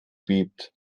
bebt